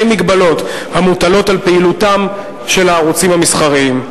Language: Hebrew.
מגבלות המוטלות על פעילותם של הערוצים המסחריים.